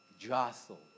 jostle